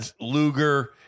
Luger